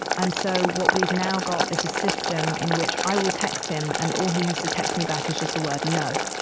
and so what we've now got is a system in which i will text him, and all he has to text me back is just the word no.